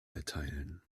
erteilen